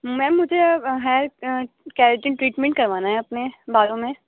میم مجھے hair keratin treatment کروانا ہے اپنے بالوں میں